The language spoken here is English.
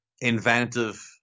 inventive